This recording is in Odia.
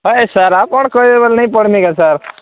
ନାଇଁ ସାର୍ ଆପଣ୍ କହିବେ ବୋଲେ ନେଇଁ ପଢ଼ମି କି ସାର୍